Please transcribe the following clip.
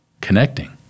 connecting